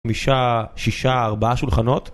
חמישה, שישה, ארבעה שולחנות